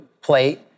plate